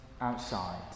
outside